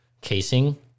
casing